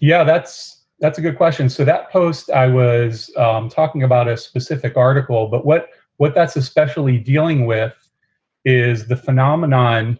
yeah, that's that's a good question. so that post i was talking about a specific article, but what what that's especially dealing with is the phenomenon